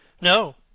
no